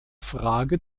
frage